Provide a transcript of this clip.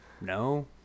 no